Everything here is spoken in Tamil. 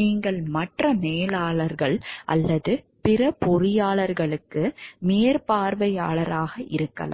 நீங்கள் மற்ற மேலாளர்கள் அல்லது பிற பொறியாளர்களுக்கு மேற்பார்வையாளராக இருக்கலாம்